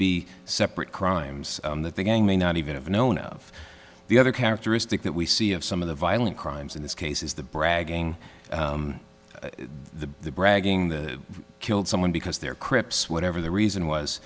be separate crimes that the gang may not even have known of the other characteristic that we see of some of the violent crimes in this case is the bragging the bragging the killed someone because they're crips whatever the reason